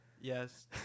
Yes